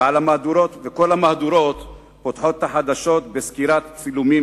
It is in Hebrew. וכל המהדורות פותחות את החדשות בסקירת צילומים